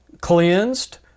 cleansed